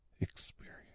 experience